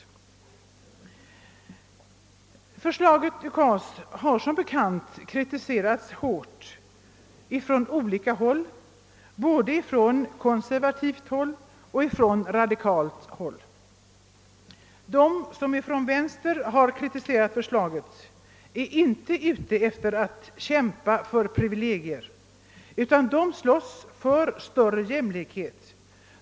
UKAS-förslaget har som bekant kritiserats hårt från olika håll, både från konservativt och från radikalt. De som från vänster har kritiserat förslaget är inte ute efter att kämpa för privilegier, utan de slåss för större jämlikhet.